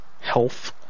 Health